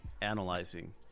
analyzing